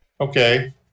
okay